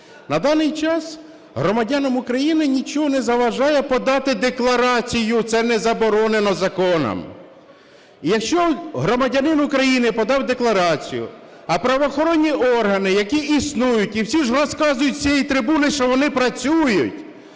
На даний час громадянам України нічого не заважає подати декларацію, це не заборонено законом. І якщо громадянин України подав декларацію, а правоохоронні органи, які існують і всі ж розказують з цієї трибуни, що вони працюють,